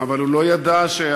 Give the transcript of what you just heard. אבל הוא לא ידע שהחיים,